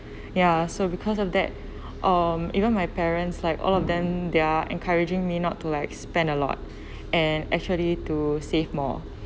ya so because of that um even my parents like all of them they're encouraging me not to like spend a lot and actually to save more